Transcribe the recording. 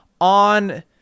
on